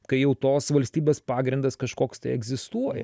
kai jau tos valstybės pagrindas kažkoks tai egzistuoja